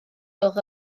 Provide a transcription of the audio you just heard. gwelwch